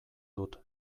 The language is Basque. dut